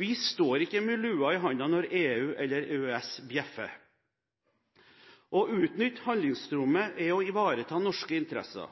Vi står ikke med lua i handa når EU eller EØS bjeffer. Å utnytte handlingsrommet er